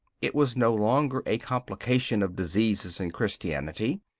it was no longer a complication of diseases in christianity,